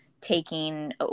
taking